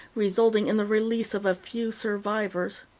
resulting in the release of a few survivors.